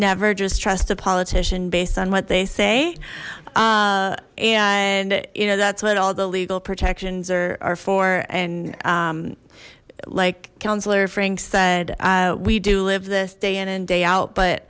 never just trust a politician based on what they say and you know that's what all the legal protections are for and like councillor frank said we do live this day in and day out but